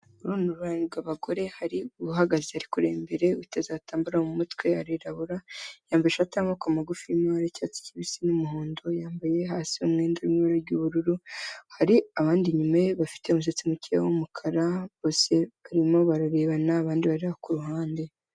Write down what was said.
Uru ni uruhurirane rw'abagore hari uhagaze ari kureba imbere, uteze agatambaro mu mutwe, arirabura, yambaye ishati y'amaboko magufi irimo amabara y'icyatsi kibisi n'umuhondo, yambaye hasi umwenda urimo ibara ry'ubururu, hari abandi inyuma ye bafite umusatsi muke w'umukara, bose barimo bararebana abandi bareba ku ruhande.